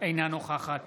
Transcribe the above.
אינה נוכחת